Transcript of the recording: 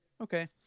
Okay